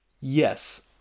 Yes